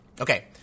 Okay